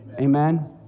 Amen